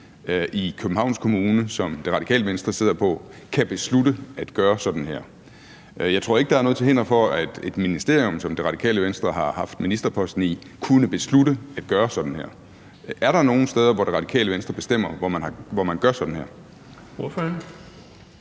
i Københavns Kommune, som Det Radikale Venstre sidder på, kan beslutte at gøre sådan her. Jeg tror ikke, der er noget til hinder for, at et ministerium, som Det Radikale Venstre har haft ministerposten i, kunne beslutte at gøre sådan her. Er der nogen steder, hvor Det Radikale Venstre bestemmer, at man gør sådan her?